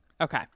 okay